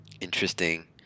Interesting